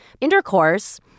Intercourse